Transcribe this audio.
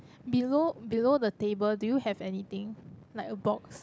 below below the table do you have anything like a box